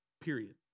period